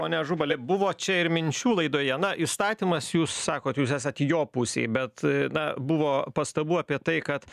pone ažubali buvo čia ir minčių laidoje na įstatymas jūs sakot jūs esat jo pusėj bet na buvo pastabų apie tai kad